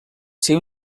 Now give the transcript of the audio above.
seu